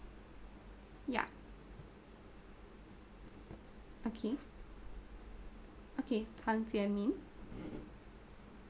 ya okay okay tan jie min